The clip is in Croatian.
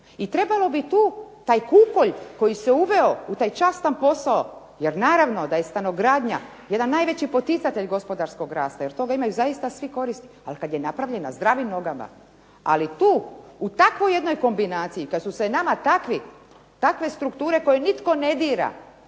I trebalo bi tu taj kukolj koji se uveo u taj častan posao, jer naravno da je stanogradnja jedan najveći poticatelj gospodarskog rasta, jer od toga zaista imaju svi koristi, ali kada je napravljena zdravim nogama. Ali tu u takvoj jednoj kombinaciji kada su se nama takvi, takve strukture koje ne dira.